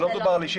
זה מה שאמרת עכשיו.